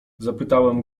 zapytałam